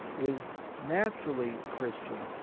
is naturally christian.